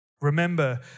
remember